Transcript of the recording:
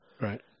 Right